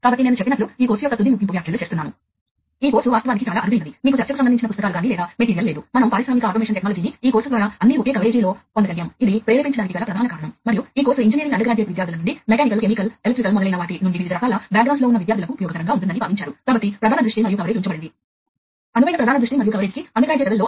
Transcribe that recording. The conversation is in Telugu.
కాబట్టి ఇప్పుడు ఈ నంబర్ ఫోర్ పరికరం నంబర్ టూతో మాట్లాడాలని అనుకుందాం కనుక ఇది బస్సు లో ఈ డేటా ను ప్రవహింప చేస్తుంది ఇది రిపీటర్ కి వెళుతుంది ఆపై రిపీటర్ కు ఇది వాస్తవానికి దాని కోసం ఉద్దేశించినదా అని తెలుసు ఇది ఈ రిపీటర్ కు వెళ్తుంది అది ఈ రిపీటర్ కు కూడా వెళ్తుంది